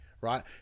right